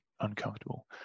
uncomfortable